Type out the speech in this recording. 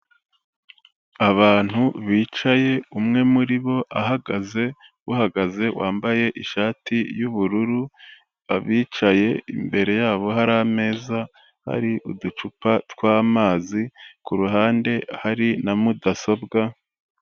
Abantu bicaye umwe muri bo ahagaze, uhagaze wambaye ishati y'ubururu, abicaye imbere yabo hari ameza, hari uducupa tw'amazi, ku ruhande hari na mudasobwa.